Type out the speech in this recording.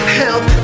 help